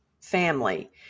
family